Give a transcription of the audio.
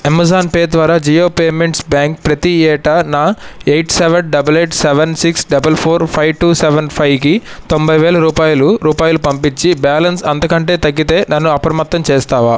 Amazon Pay ద్వారా Jio payments bank ప్రతి ఏటా నా eight seven double eight seven six double four five two seven ఫైవ్కి తొంభై వేల రూపాయలు రూపాయలు పంపించి బ్యాలన్స్ అంతకంటే తగ్గితే నన్ను అప్రమత్తం చేస్తావా